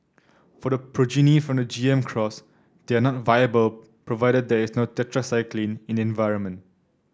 for the progeny from the G M cross they are not viable provided there no tetracycline in the environment